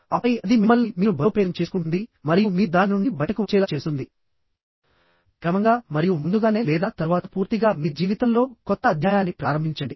ఆపై అది మిమ్మల్ని మీరు బలోపేతం చేసుకుంటుంది మరియు మీరు దాని నుండి బయటకు వచ్చేలా చేస్తుంది క్రమంగా మరియు ముందుగానే లేదా తరువాత పూర్తిగా మీ జీవితంలో కొత్త అధ్యాయాన్ని ప్రారంభించండి